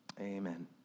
Amen